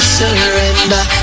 surrender